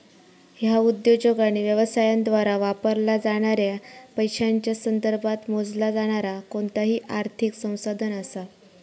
ह्या उद्योजक आणि व्यवसायांद्वारा वापरला जाणाऱ्या पैशांच्या संदर्भात मोजला जाणारा कोणताही आर्थिक संसाधन असा